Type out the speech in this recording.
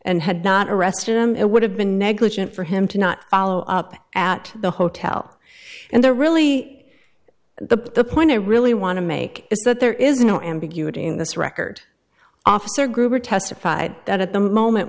and had not arrested him it would have been negligent for him to not follow up at the hotel and the really the point i really want to make is that there is no ambiguity in this record officer gruber testified that at the moment